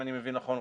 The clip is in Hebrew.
אם אני מבין נכון,